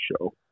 show